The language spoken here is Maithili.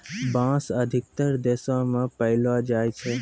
बांस अधिकतर देशो म पयलो जाय छै